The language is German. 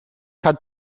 hat